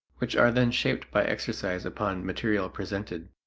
which are then shaped by exercise upon material presented.